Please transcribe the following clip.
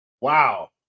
Wow